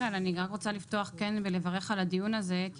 מיכאל אני גם רוצה לפתוח כן בלברך על הדיו הזה כי